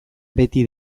beti